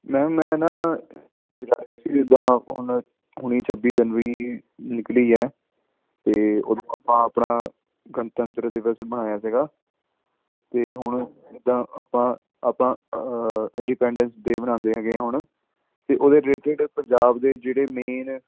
ma'am ਮੈਂ ਨਾ ਜਿੱਦਾਂ ਹੁਣ ਹੁਣੀ ਛੱਬੀ ਜਨਵਰੀ ਨਿਕਲੀ ਹੈ ਅਤੇ ਉਦੋਂ ਆਪਾਂ ਆਪਣਾ ਗਣਤੰਤਰ ਦਿਵਸ ਮਨਾਇਆ ਸੀਗਾ ਅਤੇ ਹੁਣ ਜਿੱਦਾਂ ਆਪਾਂ ਆਪਾਂ ਇੰਡੀਪੈਂਡੈਂਸ ਡੇ ਮਨਾਉਂਦੇ ਹੈਗੇ ਹਾਂ ਹੁਣ ਅਤੇ ਉਹਦੇ ਰਿਲੇਟਡ ਪੰਜਾਬ ਦੇ ਜਿਹੜੇ ਮੇਨ